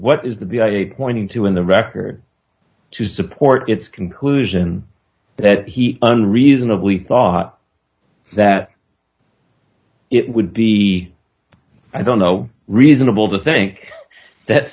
what is the i pointing to in the record to support its conclusion that he unreasonably thought that it would be i don't know reasonable to think that